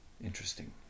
Interesting